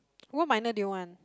what minor do you want